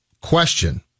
Question